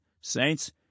Saints